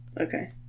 Okay